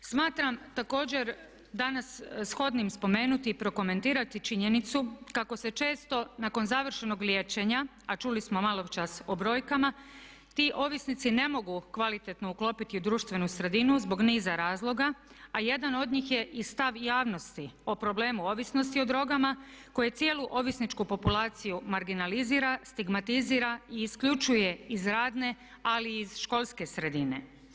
Smatram također danas shodnim spomenuti i prokomentirati činjenicu kako se često nakon završenog liječenja, a čuli smo malo čas o brojkama, ti ovisnici ne mogu kvalitetno uklopiti u društvenu sredinu zbog niza razloga, a jedan od njih je i stav javnosti o problemu ovisnosti o drogama koji cijelu ovisničku populaciju marginalizira, stigmatizira i isključuje iz radne, ali i iz školske sredine.